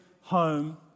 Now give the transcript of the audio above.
home